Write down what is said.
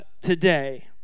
today